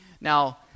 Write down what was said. Now